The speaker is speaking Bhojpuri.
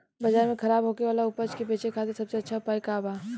बाजार में खराब होखे वाला उपज के बेचे खातिर सबसे अच्छा उपाय का बा?